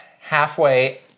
halfway